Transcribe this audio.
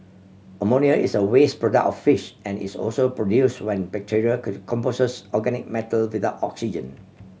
ammonia is a waste product of fish and is also produced when bacteria composes organic matter without oxygen